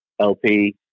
LP